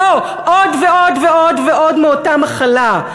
לא, עוד ועוד ועוד מאותה מחלה.